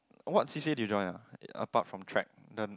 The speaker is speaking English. what C_C_A did you join ah apart from track